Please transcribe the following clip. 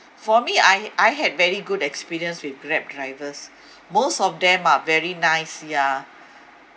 for me I I had very good experience with grab drivers most of them are very nice yeah